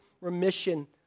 remission